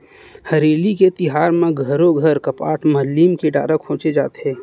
हरेली के तिहार म घरो घर कपाट म लीम के डारा खोचे जाथे